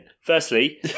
firstly